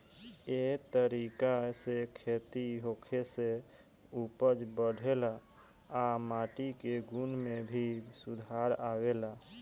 ए तरीका से खेती होखे से उपज बढ़ेला आ माटी के गुण में भी सुधार आवेला